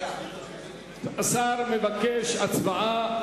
השר מבקש הצבעה.